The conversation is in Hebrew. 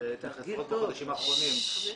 צריך ל --- את החודשים האחרונים, כלומר